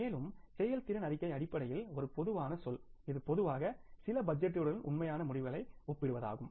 மேலும் செயல்திறன் அறிக்கை அடிப்படையில் ஒரு பொதுவான சொல் இது பொதுவாக சில பட்ஜெட்டுகளுடன் உண்மையான முடிவுகளை ஒப்பிடுவதாகும்